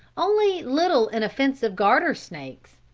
only little inoffensive garter snakes,